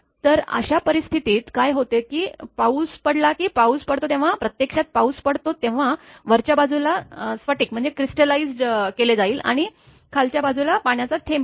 तर अशा परिस्थितीत काय होते की पाऊस पडला की पाऊस पडतो तेव्हा प्रत्यक्षात पाऊस पडतो तेव्हा वरच्या बाजूला स्फटिक केले जाईल आणि खालच्या बाजूला पाण्याचा थेंब पडेल